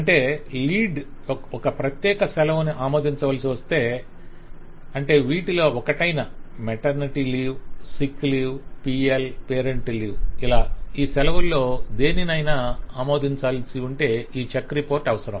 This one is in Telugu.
అంటే లీడ్ ఒక ప్రత్యేక సెలవును ఆమోదించవలసి వస్తే అంటే వీటిలో ఒకటైన maternity leave sick leave PL parental leave ఈ సెలవుల్లో దేనినైనా ఆమోదించాల్సి ఉంటే ఈ చెక్ రిపోర్ట్ అవసరం